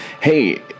Hey